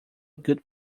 good